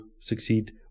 succeed